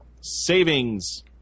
savings